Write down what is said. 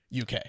UK